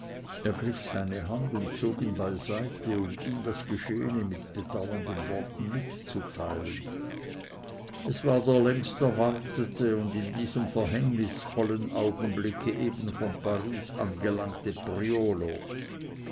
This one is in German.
ergriff seine hand und zog ihn beiseite um ihm das geschehene mit bedauernden worten mitzuteilen es war der längst erwartete und in diesem verhängnisvollen augenblicke eben von paris angelangte priolo